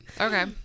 Okay